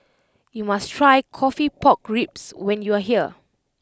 you must try Coffee Pork Ribs when you are here